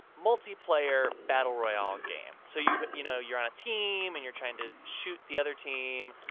multiplayer, battle royale game. so you you know, you're on a team. and you're trying to shoot the other team.